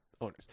owners